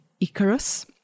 Icarus